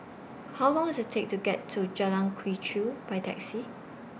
How Long Does IT Take to get to Jalan Quee Chew By Taxi